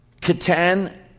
Katan